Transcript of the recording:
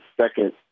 second